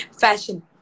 Fashion